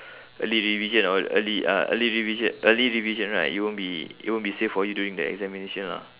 early revision or early uh early revision early revision right it won't be it won't be safe for you during the examination lah